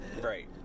Right